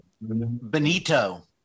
benito